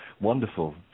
wonderful